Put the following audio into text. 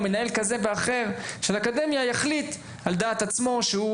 מנהל כזה או אחר של האקדמיה יחליטו על דעת עצמם שהם